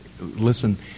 listen